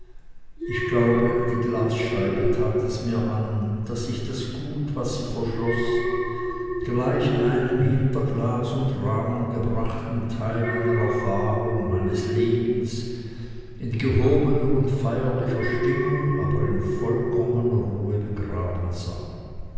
ich glaube die glasscheibe tat es mir an daß ich das gut was sie verschloß gleich einem hinter glas und rahmen gebrachten teil meiner erfahrung meines lebens in gehobener und feierlicher stimmung aber in vollkommener ruhe begraben sah